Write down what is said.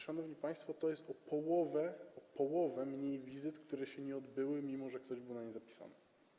Szanowni państwo, to jest o połowę mniej wizyt, które się nie odbyły, mimo że ktoś był na nie zapisany.